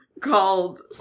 called